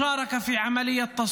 חברת הכנסת מירב כהן,